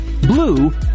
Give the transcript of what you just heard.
blue